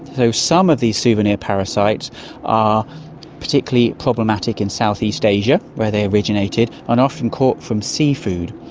so some of these souvenir parasites are particularly problematic in southeast asia where they originated, and often caught from seafood,